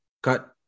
cut